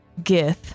gith